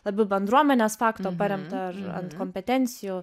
labiau bendruomenės fakto paremta ar ant kompetencijų